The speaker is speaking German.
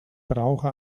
brauche